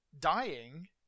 dying